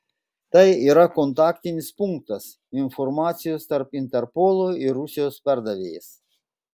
tai yra kontaktinis punktas informacijos tarp interpolo ir rusijos perdavėjas